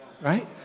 Right